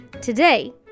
today